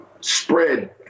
spread